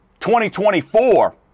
2024